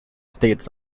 states